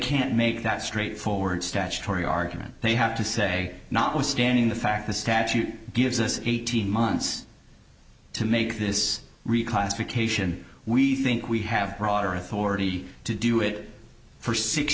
can't make that straightforward statutory argument they have to say notwithstanding the fact the statute gives us eighteen months to make this reclassification we think we have broader authority to do it for six